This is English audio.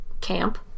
camp